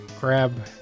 grab